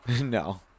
No